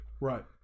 Right